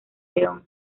león